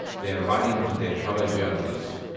they are writing for their fellow journalists.